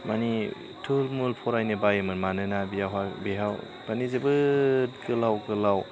मानि थुलमुल फरायनो बायोमोन मानोना बेवहाय जोबोर गोलाव गोलाव